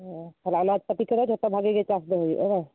ᱛᱟᱦᱚᱞᱮ ᱟᱱᱟᱡ ᱯᱟᱹᱛᱤ ᱠᱚᱫᱚ ᱡᱚᱛᱚ ᱵᱷᱟᱹᱜᱤ ᱜᱮ ᱪᱟᱥ ᱫᱚ ᱦᱩᱭᱩᱜᱼᱟ ᱵᱟᱝ